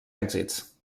èxits